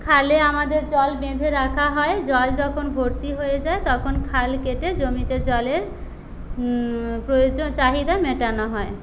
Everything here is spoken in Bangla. খালে আমাদের জল বেঁধে রাখা হয় জল যখন ভর্তি হয়ে যায় তখন খাল কেটে জমিতে জলের প্রয়োজ চাহিদা মেটানো হয়